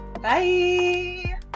Bye